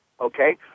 okay